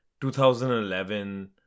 2011